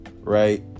right